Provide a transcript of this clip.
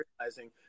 realizing